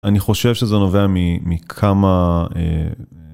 אני חושב שזה נובע מכמה.